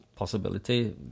possibility